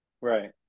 Right